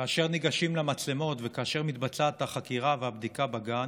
כאשר ניגשים למצלמות וכאשר מתבצעות הבדיקה והחקירה בגן,